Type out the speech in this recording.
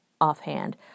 offhand